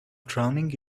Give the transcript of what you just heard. drowning